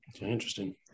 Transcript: Interesting